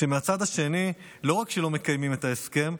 כשמהצד השני לא רק שלא מקיימים את ההסכם,